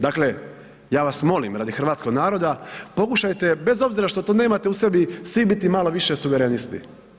Dakle, ja vas molim radi hrvatskog naroda pokušajte bez obzira što to nemate u sebi svi biti malo više suverenisti.